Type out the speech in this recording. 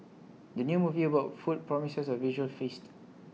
the new movie about food promises A visual feast